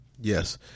Yes